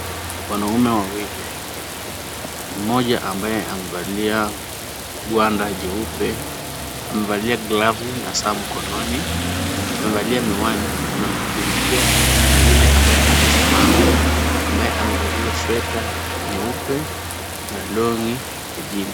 Wanaume wawili. Mmoja ambaye amevalia gwanda jeupe, amevalia glavu na saa mkononi, amevalia miwani, anamshughulikia mwingine ambaye amesimama ambaye amevalia sweta nyeupe na long'i ya jeans .